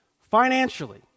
financially